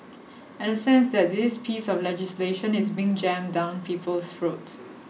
and a sense that this piece of legislation is being jammed down people's throats